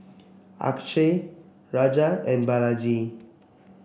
Akshay Raja and Balaji